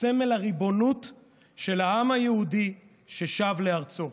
סמל הריבונות של העם היהודי ששב לארצו.